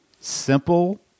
Simple